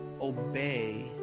obey